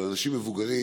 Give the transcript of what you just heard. אבל אנשים מבוגרים,